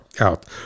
out